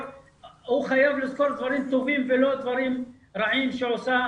הוא חייב לזכור דברים טובים ולא רעים שהמדינה עושה.